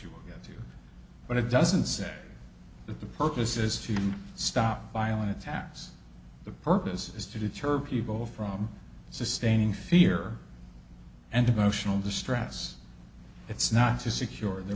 yet but it doesn't say that the purpose is to stop violent attacks the purpose is to deter people from sustaining fear and emotional distress it's not to secure their